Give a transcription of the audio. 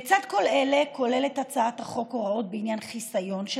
לצד כל אלה כוללת הצעת החוק הוראות בעניין חיסיון של